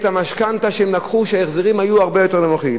המשכנתה שהם לקחו כשההחזרים היו הרבה יותר נמוכים.